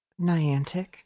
niantic